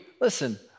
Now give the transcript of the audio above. Listen